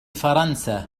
فرنسا